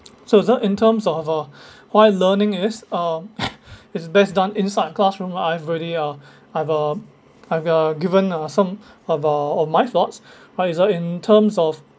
so uh so in terms of uh why learning is uh is best done inside a classroom I've already ah I've uh I've uh given uh some about of my thoughts right uh so in terms of